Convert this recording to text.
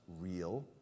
real